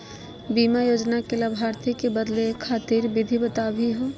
बीमा योजना के लाभार्थी क बदले खातिर विधि बताही हो?